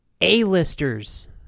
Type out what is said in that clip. A-listers